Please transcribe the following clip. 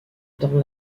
dans